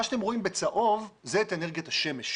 מה שאתם רואים בצהוב, זאת אנרגיית השמש.